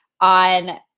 on